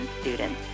students